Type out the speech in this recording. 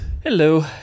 Hello